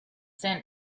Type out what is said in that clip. sent